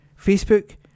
Facebook